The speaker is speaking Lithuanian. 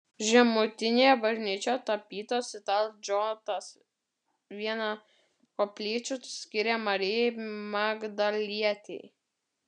žemutinėje bažnyčioje tapytojas italas džotas vieną koplyčių skyrė marijai magdalietei